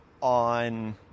on